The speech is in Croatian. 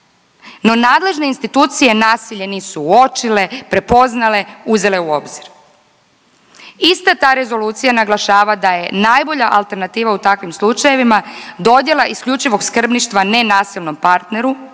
no nadležne institucije nasilje nisu uočile, prepoznale, uzele u obzir. Ista ta rezolucija naglašava da je najbolja alternativa u takvim slučajevima dodjela isključivog skrbništva nenasilnom partneru,